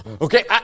Okay